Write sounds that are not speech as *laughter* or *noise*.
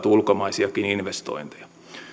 *unintelligible* ulkomaisiakin investointeja